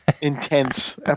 intense